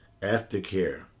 Aftercare